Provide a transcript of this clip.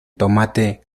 tomate